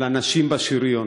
על אנשים בשריון.